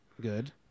good